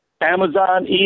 Amazon